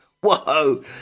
Whoa